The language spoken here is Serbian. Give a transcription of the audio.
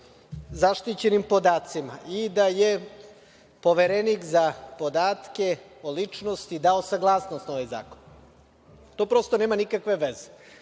zaštićenim podacima i da je poverenik za podatke o ličnosti dao saglasnost na ovaj zakon. To prosto nema nikakve veze. Taj